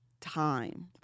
time